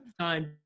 time